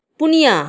ᱯᱚᱱᱭᱟ